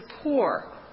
poor